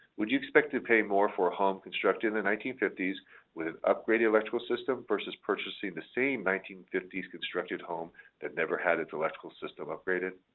would you expect to pay more for a home constructed in the nineteen fifty s with an upgraded electrical system versus purchasing the same nineteen fifty s constructed home that never had its electrical system upgraded?